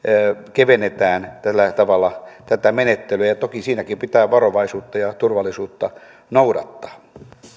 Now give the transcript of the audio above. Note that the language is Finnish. kevennetään tällä tavalla tätä menettelyä toki siinäkin pitää varovaisuutta ja turvallisuutta noudattaa